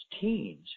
teens